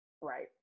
right